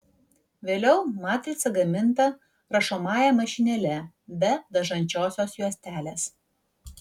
vėliau matrica gaminta rašomąja mašinėle be dažančiosios juostelės